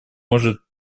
может